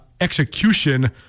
execution